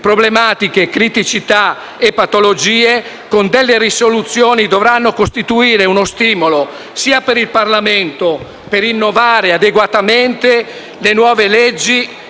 problematiche, criticità e patologie, con delle risoluzioni dovranno costituire uno stimolo sia per il Parlamento, per innovare adeguatamente le nuove leggi